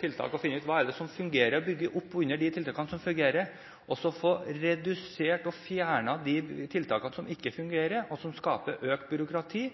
tiltak, finner ut hva det er som fungerer, bygger opp under de tiltakene som fungerer, og får redusert og fjernet de tiltakene som ikke fungerer, men som skaper økt byråkrati